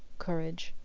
courage,